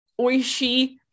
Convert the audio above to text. Oishi